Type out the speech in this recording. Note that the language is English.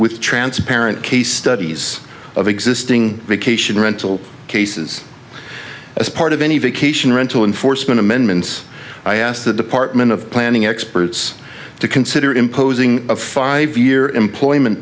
with transparent case studies of existing vacation rental cases as part of any vacation rental enforcement amendments i asked the department of planning experts to consider imposing a five year employment